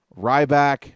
Ryback